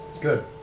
Good